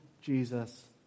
Jesus